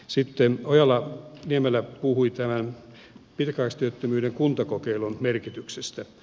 sitten ojala niemelä puhui tämän pitkäaikaistyöttömyyden kuntakokeilun merkityksestä